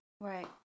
Right